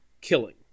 killing